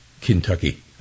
Kentucky